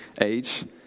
age